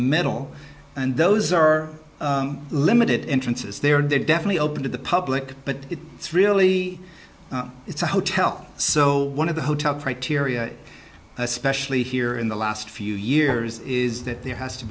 middle and those are limited in trances they are definitely open to the public but it's really it's a hotel so one of the hotel criteria especially here in the last few years is that there has to